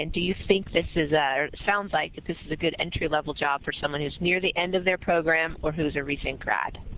and do you think this is or sounds like that this is a good entry level job for someone who's near the end of their program or who's a recent grad?